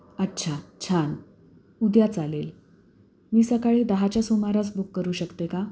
अच्छा छान उद्या चालेल मी सकाळी दहाच्या सुमारास बुक करू शकते का